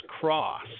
Cross